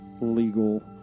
legal